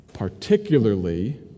particularly